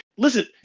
Listen